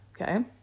okay